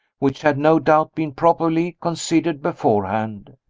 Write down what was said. which had no doubt been properly considered beforehand.